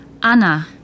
Anna